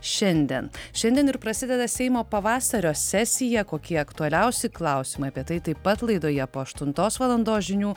šiandien šiandien ir prasideda seimo pavasario sesija kokie aktualiausi klausimai apie tai taip pat laidoje po aštuntos valandos žinių